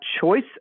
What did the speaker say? choice